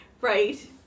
Right